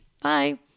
Bye